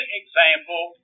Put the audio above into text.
example